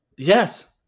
Yes